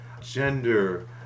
gender